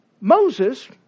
Moses